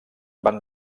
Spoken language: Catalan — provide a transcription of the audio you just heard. van